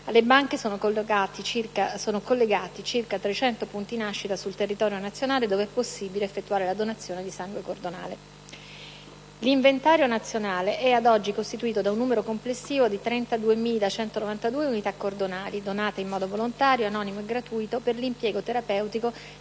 Alle Banche sono collegati circa 300 punti nascita sul territorio nazionale, dove è possibile effettuare la donazione di sangue cordonale. L'inventario nazionale è, ad oggi, costituito da un numero complessivo di 32.192 unità cordonali, donate in modo volontario, anonimo e gratuito per l'impiego terapeutico